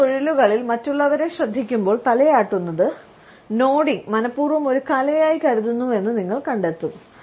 വിവിധ തൊഴിലുകളിൽ മറ്റുള്ളവരെ ശ്രദ്ധിക്കുമ്പോൾ തലയാട്ടുന്നത്നോഡിംഗ് മനപൂർവ്വം ഒരു കലയായി കരുതുന്നുവെന്ന് നിങ്ങൾ കണ്ടെത്തും